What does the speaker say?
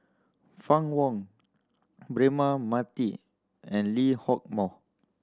Fann Wong Braema Mathi and Lee Hock Moh